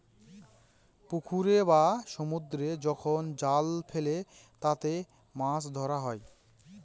পুকুরে বা সমুদ্রে যখন জাল ফেলে তাতে মাছ ধরা হয়